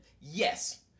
yes